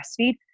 breastfeed